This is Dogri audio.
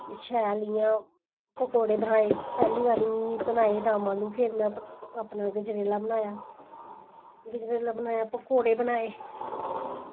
ते शैल इ'यां पकौड़े बनाये पैह्ली बारी बनाये हे में दम आलू ते अपने गजरेला बनाया गजरेला बनाया पकौड़े बनाये